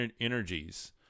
energies